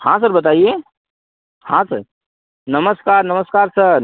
हाँ सर बताइए हाँ सर नमस्कार नमस्कार सर